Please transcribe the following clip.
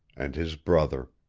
and his brother.